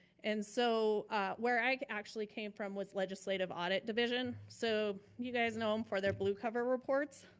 and so where i actually came from was legislative audit division, so you guys know him for their blue cover reports.